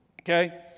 Okay